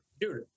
dude